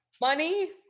Money